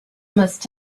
must